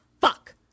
fuck